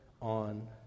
on